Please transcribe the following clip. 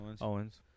Owens